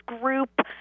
group